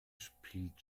spielt